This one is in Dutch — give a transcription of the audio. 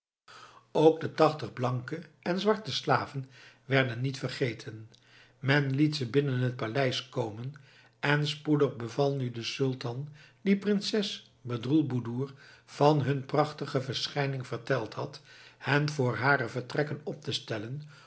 ook de tachtig blanke en zwarte slaven werden niet vergeten men liet ze binnen het paleis komen en spoedig beval nu de sultan die prinses bedroelboedoer van hun prachtige verschijning verteld had hen voor hare vertrekken op te stellen